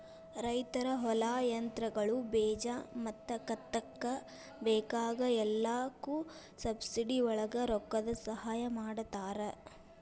ರೈತರ ಹೊಲಾ, ಯಂತ್ರಗಳು, ಬೇಜಾ ಮತ್ತ ಕಂತಕ್ಕ ಬೇಕಾಗ ಎಲ್ಲಾಕು ಸಬ್ಸಿಡಿವಳಗ ರೊಕ್ಕದ ಸಹಾಯ ಮಾಡತಾರ